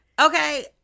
Okay